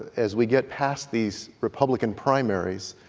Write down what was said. as we get past these republican primaries,